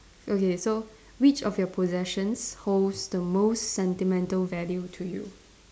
okay so which of your possessions holds the most sentimental value to you